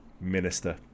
minister